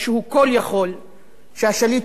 שהשליט הוא כול-יכול, הוא לא אוהב ביקורת.